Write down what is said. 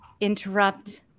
interrupt